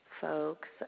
folks –